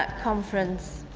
but conference.